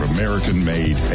American-made